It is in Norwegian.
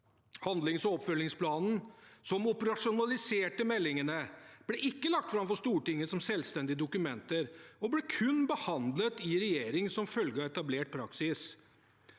Handlings- og oppfølgingsplanen som operasjonaliserte meldingene, ble ikke lagt fram for Stortinget som selvstendig dokument, og ble kun behandlet i regjering som følge av etablert praksis.